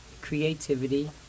creativity